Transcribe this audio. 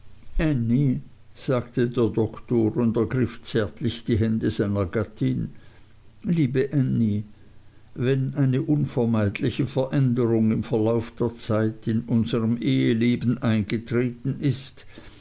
sagte der doktor und ergriff zärtlich die hände seiner gattin liebe ännie wenn eine unvermeidliche veränderung im verlauf der zeit in unserm eheleben eingetreten ist